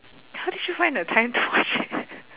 how did you find the time to watch it